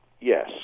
yes